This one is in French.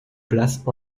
place